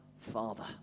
Father